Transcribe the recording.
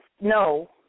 No